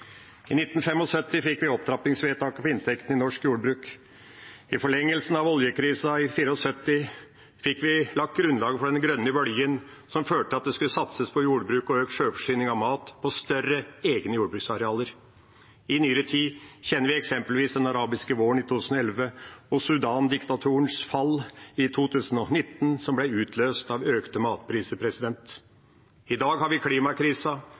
I 1975 fikk vi opptrappingsvedtaket om inntektene i norsk jordbruk. I forlengelsen av oljekrisen i 1974 fikk vi lagt grunnlaget for den grønne bølgen som førte til at det skulle satses på jordbruk og økt sjølforsyning av mat og større egne jordbruksarealer. I nyere tid kjenner vi eksempelvis den arabiske våren i 2011 og Sudan-diktatorens fall i 2019, som ble utløst av økte matpriser. I dag har vi klimakrisa.